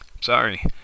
Sorry